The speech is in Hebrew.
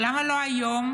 למה לא היום?